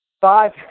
five